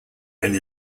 and